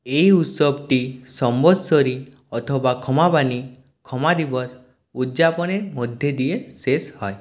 এই উৎসবটি সম্বৎসরি অথবা ক্ষমাবাণী ক্ষমা দিবস উৎযাপনের মধ্যে দিয়ে শেষ হয়